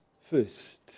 first